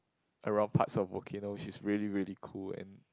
around parts of volcano which is really really cool and